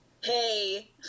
Hey